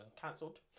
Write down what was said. cancelled